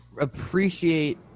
appreciate